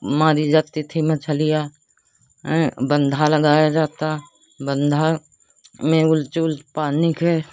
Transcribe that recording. मारी जाती थी मछलियाँ बंधा लगाया जाता बंधा में उलीच उलीच पानी को